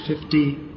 fifty